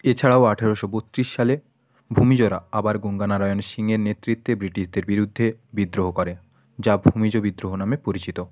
এছাড়াও আঠেরোশো বত্রিশ সালে ভূমিজরা আবার গঙ্গা নারায়ণ সিংয়ের নেতৃত্বে ব্রিটিশদের বিরুদ্ধে বিদ্রোহ করে যা ভূমিজ বিদ্রোহ নামে পরিচিত